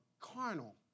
carnal